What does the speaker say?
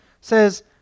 says